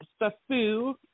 Safu